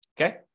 Okay